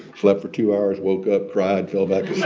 slept for two hours, woke up, cried, fell back